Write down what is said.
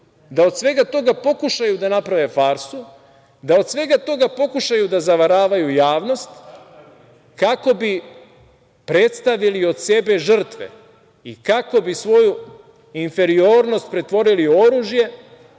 da od svega toga pokušaju da naprave farsu, da od svega toga pokušaju da zavaravaju javnost, kako bi predstavili od sebe žrtve i kako bi svoju inferiornost pretvorili u oružje